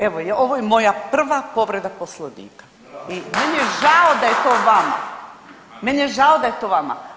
Evo ovo je moja prva povreda Poslovnika i meni je žao da je to vama, meni je žao da je to vama.